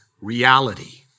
reality